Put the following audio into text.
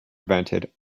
invented